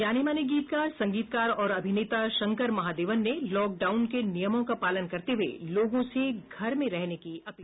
जाने माने गीतकार संगीतकार और अभिनेता शंकर महादेवन ने लॉकडाउन के नियमों का पालन करते हुए लोगों से घर में रहने की अपील की